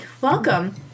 welcome